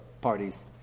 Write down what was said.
parties